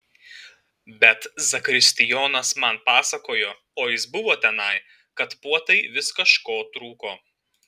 bet zakristijonas man pasakojo o jis buvo tenai kad puotai vis kažko trūko